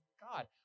God